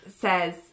says